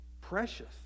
precious